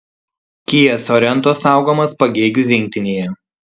kia sorento saugomas pagėgių rinktinėje